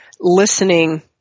listening